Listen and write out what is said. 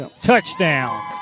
Touchdown